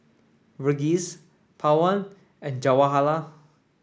Verghese Pawan and Jawaharlal